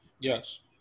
yes